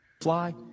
fly